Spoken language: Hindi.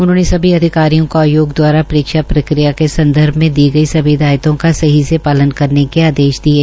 उन्होंने सभी अधिकारियों को आयोग द्वारा परीक्षा प्रक्रिया के संदर्भ में दी गई सभी हिदायतों का सही से पालन करने के आदेश दिये